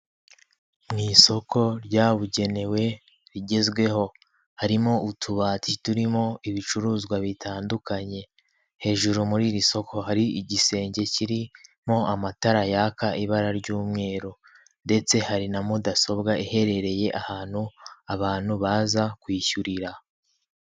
Mu isoko ryabugenewe rigezweho harimo utubati turimo ibicuruzwa bitandukanye, hejuru muri iri soko hari igisenge kirimo amatara yaka ibara ry'umweru, ndetse hari na mudasobwa iherereye ahantu abantu baza kwishyurira.